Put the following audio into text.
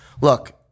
Look